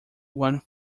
one